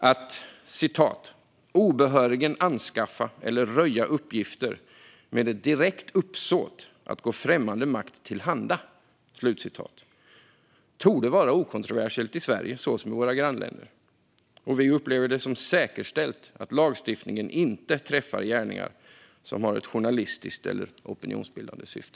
Att obehörigen anskaffa eller röja uppgifter med ett direkt uppsåt att gå främmande makt till handa torde vara okontroversiellt, i Sverige så som i våra grannländer. Vi upplever det som säkerställt att lagstiftningen inte träffar gärningar som har ett journalistiskt eller opinionsbildande syfte.